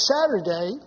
Saturday